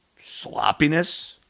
sloppiness